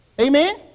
Amen